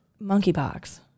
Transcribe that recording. monkeypox